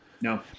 no